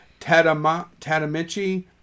Tadamichi